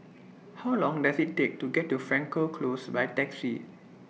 How Long Does IT Take to get to Frankel Close By Taxi